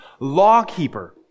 lawkeeper